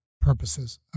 purposes